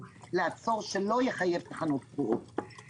שלא יחייב תחנות קבועות ויוכלו לעצור.